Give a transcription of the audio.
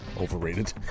Overrated